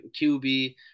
QB